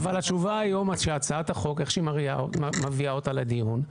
אבל התשובה היא שהצעת החוק איך שהיא מביאה אותה לדיון,